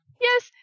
Yes